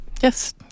Yes